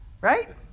right